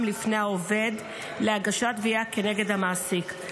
בפני העובד בהגשת תביעה כנגד המעסיק.